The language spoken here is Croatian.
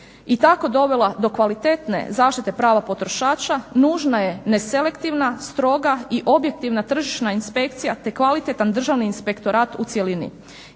i tako dovela do kvalitetne zaštite prava potrošača nužna je neselektivna, stroga i objektivna tržišna inspekcija te kvalitetan Državni inspektorat u cjelini.